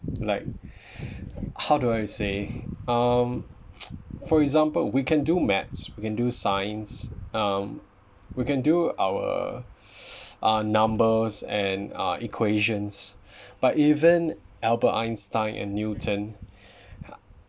like how do I say um for example we can do maths we can do science um we can do our our numbers and uh equations but even albert einstein and newton